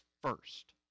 First